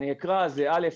אותם אקרא: א.